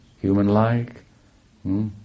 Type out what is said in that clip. human-like